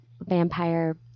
vampire